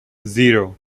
zero